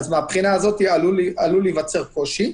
מהבחינה הזאת עלול להיווצר קושי.